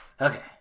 okay